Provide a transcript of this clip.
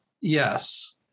Yes